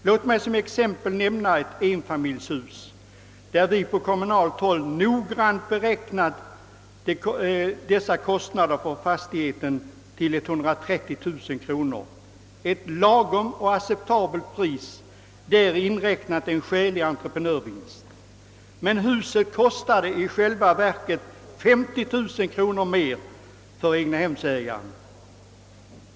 Låt mig som exempel nämna ett enfamiljshus, för vilket vi på kommunalt håll noggrant beräknat kostnaderna till 130 000 kronor, ett lagom och acceptabelt pris, i vilket inräknats en skälig entreprenörsvinst. Men huset kostade i själva verket 50 000 kronor mer för egnahemsägaren.